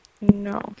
No